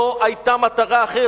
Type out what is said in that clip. לא היתה מטרה אחרת,